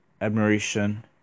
admiration